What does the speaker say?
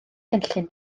gynllun